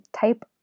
type